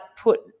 put